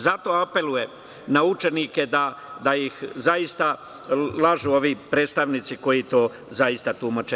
Zato apelujem na učenike da ih zaista lažu ovi predstavnici koji zaista tumače.